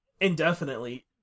indefinitely